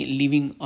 living